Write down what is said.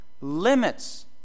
limits